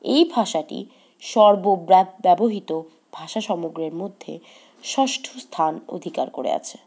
এই ভাষাটি সর্ব ব্যবহৃত ভাষা সমগ্রের মধ্যে ষষ্ঠ স্থান অধিকার করে আছে